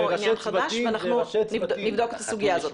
אנחנו פותחים פה עניין חדש ואנחנו נבדוק את הסוגיה הזאת.